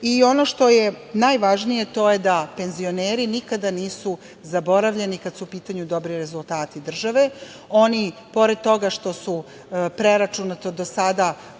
nas. Ono što je najvažnije, to je da penzioneri nikada nisu zaboravljeni kada su u pitanju dobri rezultati države. Oni, pored toga što su preračunato do sada